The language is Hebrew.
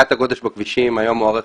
זה שאנחנו גדלים זה בגלל עלייה ברמת חיים